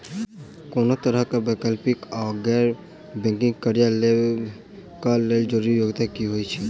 कोनो तरह कऽ वैकल्पिक वा गैर बैंकिंग कर्जा लेबऽ कऽ लेल जरूरी योग्यता की छई?